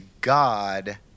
God